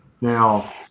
Now